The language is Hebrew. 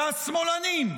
ושמאלנים,